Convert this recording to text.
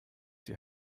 die